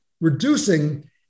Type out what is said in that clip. reducing